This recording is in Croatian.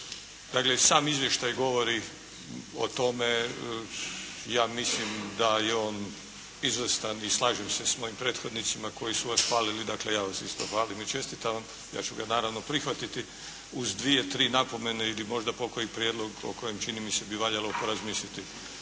sam izvještaj govori o tome, ja mislim da je on izvrstan i slažem se sa mojim prethodnicima koji su vas hvalili, dakle ja vas isto hvalim i čestitam. Ja ću ga naravno prihvatiti uz dvije, tri napomene ili možda pokoji prijedlog o kojem čini mi se bi valjalo porazmisliti.